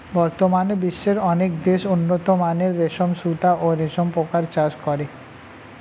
বর্তমানে বিশ্বের অনেক দেশ উন্নতমানের রেশম সুতা ও রেশম পোকার চাষ করে